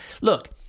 look